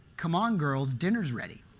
come on girls, dinner's ready.